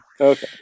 Okay